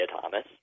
Thomas